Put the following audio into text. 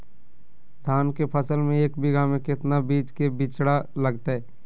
धान के फसल में एक बीघा में कितना बीज के बिचड़ा लगतय?